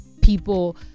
people